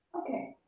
Okay